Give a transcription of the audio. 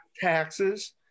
taxes